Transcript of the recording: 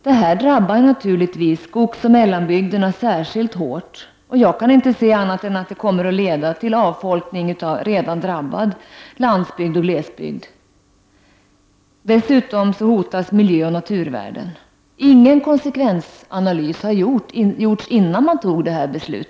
Detta drabbar naturligtvis skogsoch mellanbygderna särskilt hårt. Jag kan inte se annat än att det kommer att leda till avfolkning av redan drabbad landsbygd och glesbygd. Dessutom hotas miljöoch naturvärden. Ingen konsekvensanalys har gjorts innan man beslutade detta.